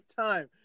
time